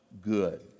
good